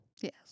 Yes